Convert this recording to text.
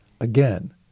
again